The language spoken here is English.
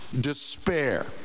despair